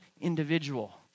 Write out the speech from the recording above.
individual